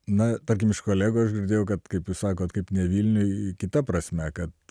na tarkim iš kolegų aš girdėjau kad kaip jūs sakot kaip ne vilniuj kita prasme kad